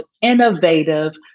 innovative